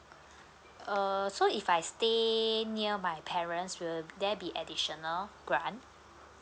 err so if I stay near my parents will there be additional grant